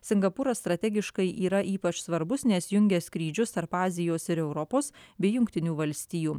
singapūras strategiškai yra ypač svarbus nes jungia skrydžius tarp azijos ir europos bei jungtinių valstijų